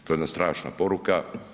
To je jedna strašna poruka.